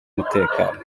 umutekano